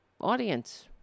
audience